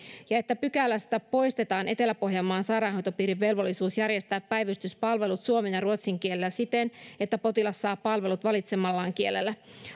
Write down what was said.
ja että pykälästä poistetaan etelä pohjanmaan sairaanhoitopiirin velvollisuus järjestää päivystyspalvelut suomen ja ruotsin kielellä siten että potilas saa palvelut valitsemallaan kielellä